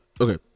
okay